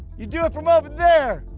you do it from over there!